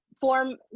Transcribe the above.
form